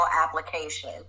application